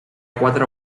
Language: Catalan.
quatre